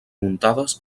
muntades